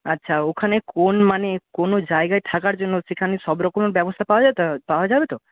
আচ্ছা ওখানে কোনো মানে কোনো জায়গায় থাকার জন্য সেখানে সব রকমের ব্যবস্থা পাওয়া যাবে পাওয়া যাবে তো